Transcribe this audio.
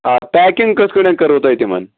آ پیکِنٛگ کِتھ کٲٹھۍ کٔروٕ تۄہہِ تِمَن